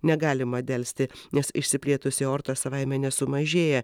negalima delsti nes išsiplėtusi aorta savaime nesumažėja